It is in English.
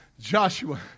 Joshua